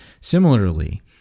Similarly